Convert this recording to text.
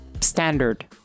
standard